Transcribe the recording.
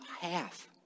half